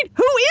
and who yeah